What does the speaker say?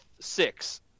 six